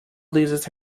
loses